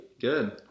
Good